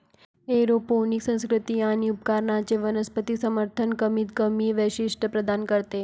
aeroponic संस्कृती आणि उपकरणांचे वनस्पती समर्थन कमीतकमी वैशिष्ट्ये प्रदान करते